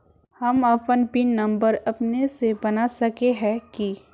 हम अपन PIN number अपने से बना सके है की?